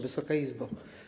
Wysoka Izbo!